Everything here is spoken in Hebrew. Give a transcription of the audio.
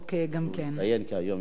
אני מציין, כי היום יום ירושלים.